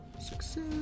success